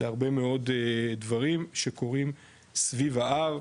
להרבה מאוד דברים שקורים סביב ההר,